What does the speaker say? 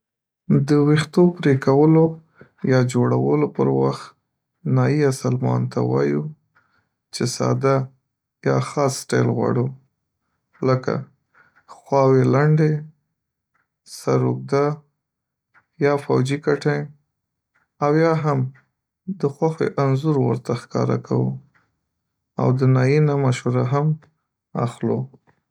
د ویښتو پرې کولو یا جوړولو پر وخت نايي یا سلمان ته وایو چې ساده یا خاص سټایل غواړو، لکه: خواوې لنډې، سر اوږده یا فوجی کټنګ او یا هم د خوښي انځور ورته ښکاره کوو، او د نايي نه مشوره هم اخلو.